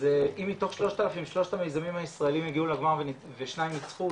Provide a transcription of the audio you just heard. אז אם מתוך 3,000 שלושת המיזמים הישראלים הגיעו לגמר ושניים ניצחו,